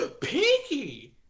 Pinky